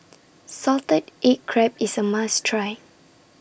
Salted Egg Crab IS A must Try